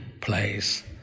place